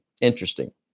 interesting